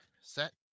set